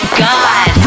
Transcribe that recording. god